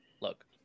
Look